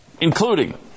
Including